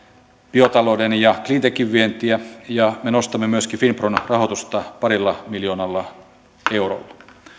biotalouden ja cleantechin vientiä ja me nostamme myöskin finpron rahoitusta parilla miljoonalla eurolla